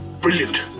brilliant